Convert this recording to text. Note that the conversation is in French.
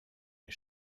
les